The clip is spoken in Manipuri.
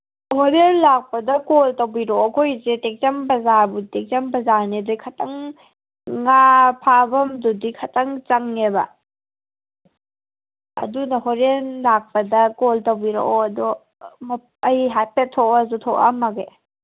ꯍꯣꯔꯦꯟ ꯂꯥꯛꯄꯗ ꯀꯣ ꯇꯧꯕꯤꯔꯛꯑꯣ ꯑꯩꯈꯣꯏꯁꯦ ꯇꯦꯛꯆꯝ ꯇꯦꯛꯆꯝ ꯕꯖꯥꯔꯅꯦ ꯑꯗꯒꯤ ꯈꯤꯇꯪ ꯉꯥ ꯐꯥꯕꯝꯗꯨꯗꯤ ꯈꯇꯪ ꯆꯪꯉꯦꯕ ꯑꯗꯨꯅ ꯍꯣꯔꯦꯟ ꯂꯥꯛꯄꯗ ꯀꯣꯜ ꯇꯧꯕꯤꯔꯛꯑꯣ ꯑꯗꯣ ꯑꯩ ꯍꯥꯏꯐꯦꯠ ꯊꯣꯛꯑꯁꯨ ꯊꯣꯛꯑꯝꯃꯒꯦ